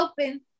open